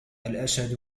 الأسد